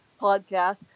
podcast